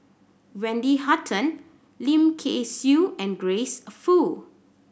Wendy Hutton Lim Kay Siu and Grace Fu